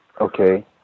Okay